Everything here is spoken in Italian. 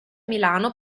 milano